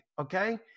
Okay